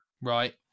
right